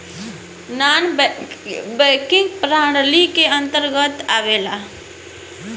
नानॅ banking प्रणाली के अंतर्गत आवेला